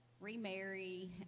remarry